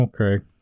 okay